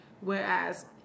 Whereas